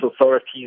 authorities